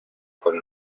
con